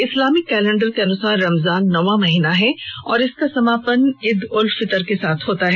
Islamic calendar के अनुसार रमजान नौवां महीना है और इसका समापन इदु उल फितर के साथ होता है